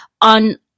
on